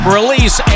release